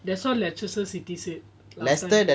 that's what leicester city said last time